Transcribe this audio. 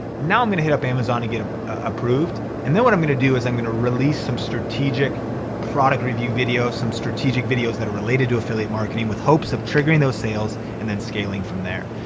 now i'm gonna hit up amazon and get approved. and then what i'm gonna do is, i'm gonna release some strategic product review videos, some strategic videos that are related to affiliate marketing with hopes of triggering those sales and then scaling from there.